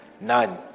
None